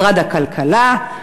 משרד הכלכלה,